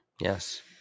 Yes